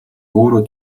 өөрөө